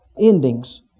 endings